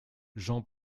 jean